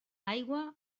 aigua